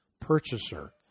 purchaser